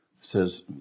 says